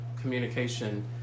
communication